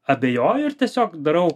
abejoju ir tiesiog darau